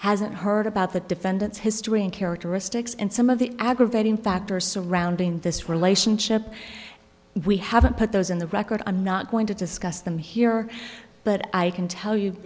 hasn't heard about the defendant's history and characteristics and some of the aggravating factors surrounding this relationship we haven't put those in the record i'm not going to discuss them here but i can tell you